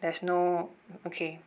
there's no okay